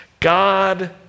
God